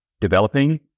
developing